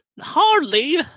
Hardly